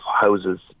houses